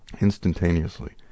instantaneously